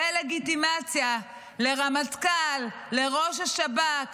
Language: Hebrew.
דה-לגיטימציה לרמטכ"ל ולראש השב"כ,